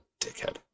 dickhead